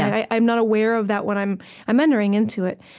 i'm not aware of that when i'm i'm entering into it.